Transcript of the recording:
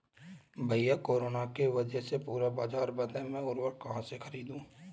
भैया कोरोना के वजह से पूरा बाजार बंद है मैं उर्वक कहां से खरीदू?